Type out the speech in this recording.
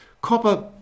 Copper